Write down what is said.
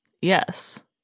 Yes